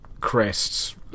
crests